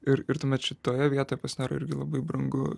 ir ir tuomet šitoje vietoje pasidaro irgi labai brangu